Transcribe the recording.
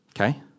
Okay